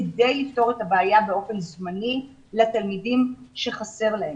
כדי לפתור את הבעיה באופן זמני לתלמידים שחסר להם.